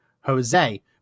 Jose